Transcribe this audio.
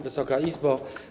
Wysoka Izbo!